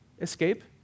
escape